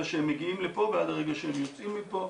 שהם מגיעים לפה ועד הרגע שהם יוצאים מפה.